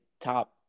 top